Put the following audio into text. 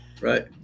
Right